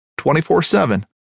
24-7